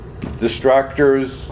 distractors